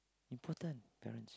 important parents